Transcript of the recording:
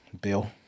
bill